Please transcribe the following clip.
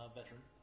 veteran